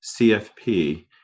CFP